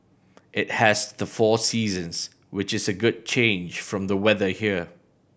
it has the four seasons which is a good change from the weather here